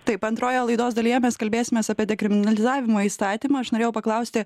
taip antroje laidos dalyje mes kalbėsimės apie dekriminalizavimo įstatymą aš norėjau paklausti